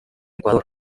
ecuador